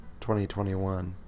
2021